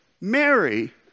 Mary